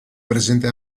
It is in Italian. presente